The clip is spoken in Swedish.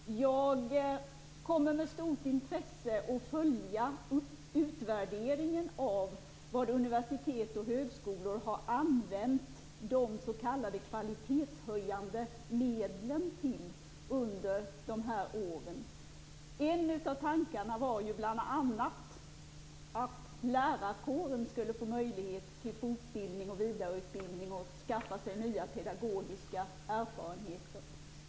Jag kommer med stort intresse att följa utvärderingen av vad universitet och högskolor under de här åren har använt de s.k. kvalitetshöjande medlen till. En av tankarna var att lärarkåren skulle få möjlighet till fortbildning och vidareutbildning för att skaffa sig nya pedagogiska erfarenheter.